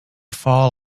fall